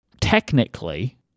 Technically